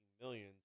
millions